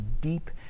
deep